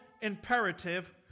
imperative